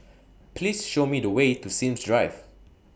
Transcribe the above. Please Show Me The Way to Sims Drive